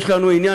יש לנו עניין,